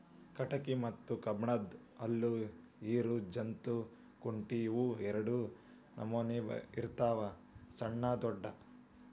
ಕಟಗಿ ಮತ್ತ ಕಬ್ಬನ್ದ್ ಹಲ್ಲ ಇರು ಜಂತ್ ಕುಂಟಿ ಇವ ಎರಡ ನಮೋನಿ ಬರ್ತಾವ ಸಣ್ಣು ದೊಡ್ಡು